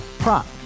Prop